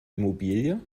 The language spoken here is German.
immobilie